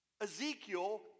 Ezekiel